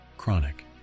chronic